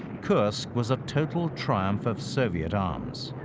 kursk was a total triumph of soviet arms.